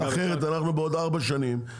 אחרת אנחנו בעוד ארבע שנים,